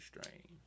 strain